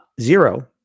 zero